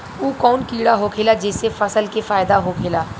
उ कौन कीड़ा होखेला जेसे फसल के फ़ायदा होखे ला?